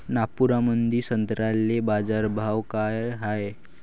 नागपुरामंदी संत्र्याले बाजारभाव काय हाय?